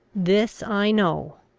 this i know,